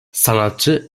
sanatçı